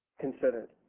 considered.